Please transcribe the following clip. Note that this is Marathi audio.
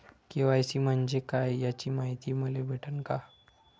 के.वाय.सी म्हंजे काय याची मायती मले भेटन का?